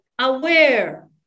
aware